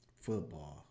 football